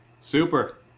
Super